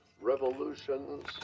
revolutions